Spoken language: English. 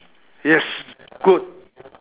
yes good